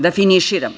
Da finiširam.